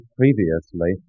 previously